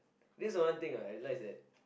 this is one thing ah I realise that